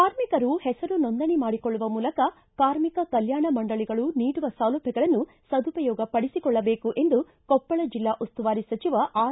ಕಾರ್ಮಿಕರು ಹೆಸರು ನೋಂದಣಿ ಮಾಡಿಕೊಳ್ಳುವ ಮೂಲಕ ಕಾರ್ಮಿಕರ ಕಲ್ಲಾಣ ಮಂಡಳಿಗಳು ನೀಡುವ ಸೌಲಭ್ಣಗಳನ್ನು ಸದುಪಯೋಗ ಪಡಿಸಿಕೊಳ್ಳಬೇಕು ಎಂದು ಕೊಪ್ಪಳ ಜೆಲ್ಲಾ ಉಸ್ತುವಾರಿ ಸಚಿವ ಆರ್